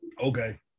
Okay